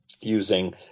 using